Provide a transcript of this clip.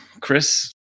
Chris